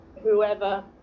whoever